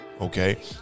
okay